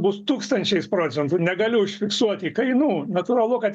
bus tūkstančiais procentų negali užfiksuoti kainų natūralu kad